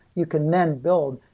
you can then build,